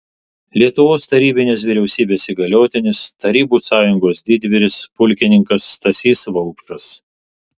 lietuvos tarybinės vyriausybės įgaliotinis tarybų sąjungos didvyris pulkininkas stasys vaupšas